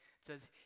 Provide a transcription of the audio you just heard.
says